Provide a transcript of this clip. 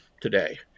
today